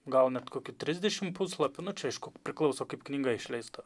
gaunat kokį trisdešim puslapių nu čia aišku priklauso kaip knyga išleista